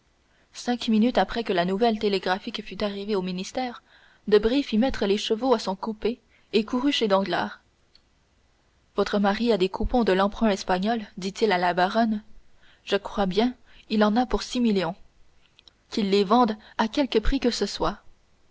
cinq minutes après que la nouvelle télégraphique fut arrivée au ministère debray fit mettre les chevaux à son coupé et courut chez danglars votre mari a des coupons de l'emprunt espagnol dit-il à la baronne je crois bien il en a pour six millions qu'il les vende à quelque prix que ce soit